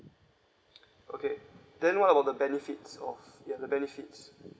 okay then what about the benefits of ya the benefits